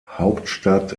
hauptstadt